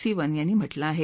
सिवन यांनी म्हटल आहे